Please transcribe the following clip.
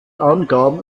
angaben